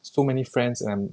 so many friends and